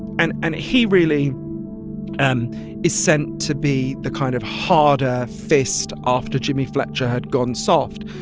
and and he really and is sent to be the kind of harder fist after jimmy fletcher had gone soft.